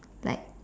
like